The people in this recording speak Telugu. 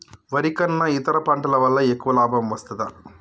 వరి కన్నా ఇతర పంటల వల్ల ఎక్కువ లాభం వస్తదా?